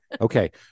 Okay